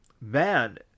man